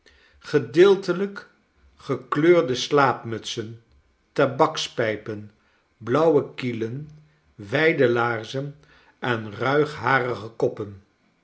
gedeeltelijk gckleurde slaapmutsen tabakspijpen blauwe kielen wijde laarzen en ruigharige koppen